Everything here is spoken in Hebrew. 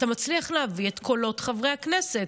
אתה מצליח להביא את קולות חברי הכנסת.